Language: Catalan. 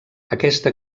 aquesta